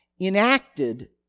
enacted